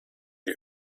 die